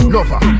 Lover